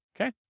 okay